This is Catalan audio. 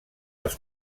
als